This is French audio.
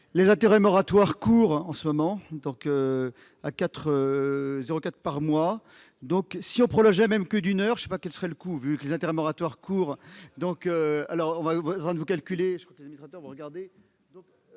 les intérêts moratoires court en ce moment tant à 4 04 par mois, donc si on prolongeait même que d'une heure, je sais pas quel serait le coût vu des intérêts moratoires donc